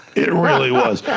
it really was,